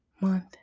month